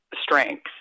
strength